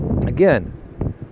again